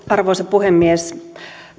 arvoisa puhemies